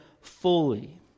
fully